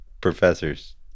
professors